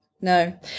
No